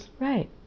Right